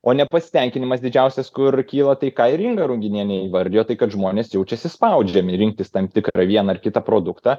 o nepasitenkinimas didžiausias kur kyla tai ką ir inga ruginienė įvardijo tai kad žmonės jaučiasi spaudžiami rinktis tam tikrą vieną ar kitą produktą